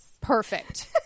Perfect